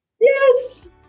Yes